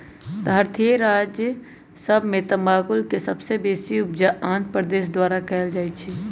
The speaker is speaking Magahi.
भारतीय राज्य सभ में तमाकुल के सबसे बेशी उपजा आंध्र प्रदेश द्वारा कएल जाइ छइ